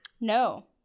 No